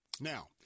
Now